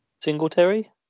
Singletary